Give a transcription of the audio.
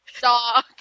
dog